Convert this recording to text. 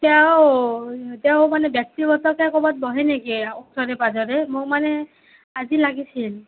তেওঁ তেওঁ মানে ব্যক্তিগতকৈ ক'ৰবাত বহে নেকি ওচৰে পাঁজৰে মোক মানে আজি লাগিছিল